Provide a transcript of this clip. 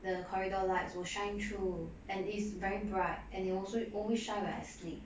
the corridor lights will shine through and is very bright and it also always shine when I sleep